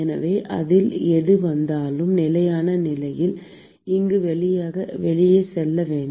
எனவே அதில் எது வந்தாலும் நிலையான நிலையில் இங்கு வெளியே செல்ல வேண்டும்